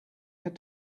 had